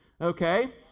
okay